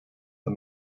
for